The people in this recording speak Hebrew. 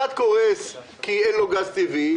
אחד קורס כי אין לו גז טבעי,